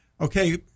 okay